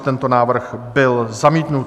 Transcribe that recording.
Tento návrh byl zamítnut.